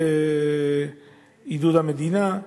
בעידוד המדינה,